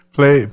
Play